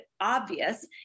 obvious